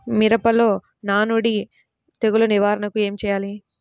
మిరపలో నానుడి తెగులు నివారణకు ఏమి చేయాలి?